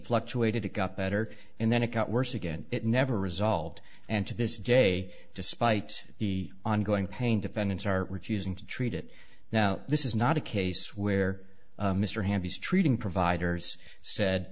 fluctuated it got better and then it got worse again it never resolved and to this day despite the ongoing pain defendants are refusing to treat it now this is not a case where mr ham he's treating providers said